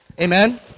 Amen